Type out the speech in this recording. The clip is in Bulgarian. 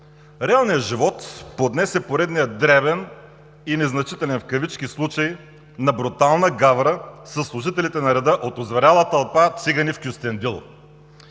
реалният живот поднесе поредния дребен и незначителен в кавички случай на брутална гавра със служителите на реда от озверяла тълпа цигани в Кюстендил.